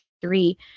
three